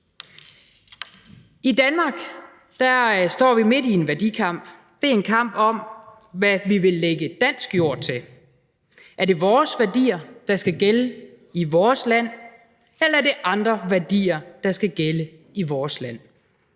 I Danmark står vi midt i en værdikamp. Det er en kamp om, hvad vi vil lægge dansk jord til. Er det vores værdier, der skal gælde i vores land, eller er det andre værdier, der skal gælde i vores land?